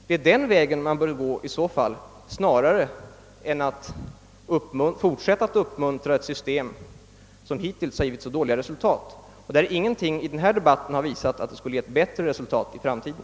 Det är den vägen man bör gå snarare än att fortsätta att uppmuntra ett system som hittills givit så dåliga resultat. Ingenting i denna debatt har visat att resultatet skulle bli bättre i framtiden.